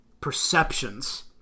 perceptions